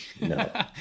No